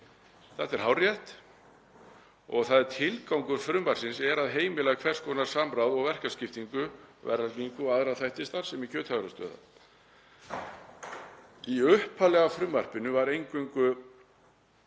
Þetta er hárrétt og tilgangur frumvarpsins er að heimila hvers konar samráð og verkaskiptingu, verðlagningu og aðra þætti starfsemi kjötafurðastöðva. Í upphaflega frumvarpinu var eingöngu